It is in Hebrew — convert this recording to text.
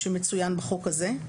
שמצוין בחוק הזה.